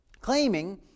claiming